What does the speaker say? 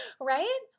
Right